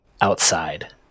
outside